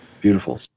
Beautiful